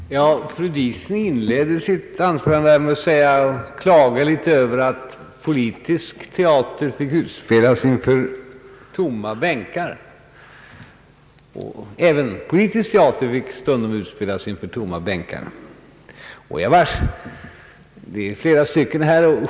Herr talman! Fru Diesen inledde sitt anförande med att klaga över att politisk teater fick utspelas inför tomma bänkar. Nåja, vi är faktiskt flera stycken här.